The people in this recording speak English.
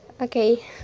okay